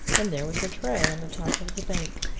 and there was rattray on the top of the bank,